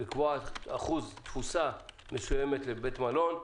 לקבוע אחוז תפוסה מסוימת בבית מלון,